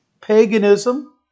paganism